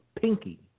pinky